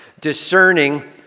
Discerning